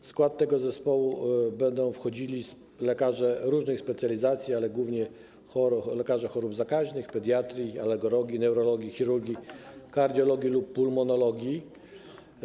W skład tego zespołu będą wchodzili lekarze różnych specjalizacji, ale głównie lekarze chorób zakaźnych, pediatrzy, alergolodzy, neurolodzy, chirurdzy, kardiolodzy lub pulmonolodzy.